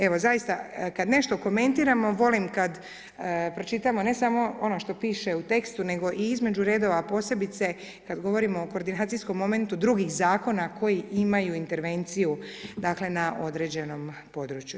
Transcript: Evo, zaista kad nešto komentiramo volim kad pročitamo ne samo ono što piše u tekstu nego i između redova, a posebice kad govorimo o koordinacijskom momentu drugih zakona koji imaju intervenciju dakle na određenom području.